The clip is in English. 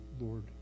Lord